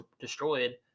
destroyed